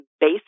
base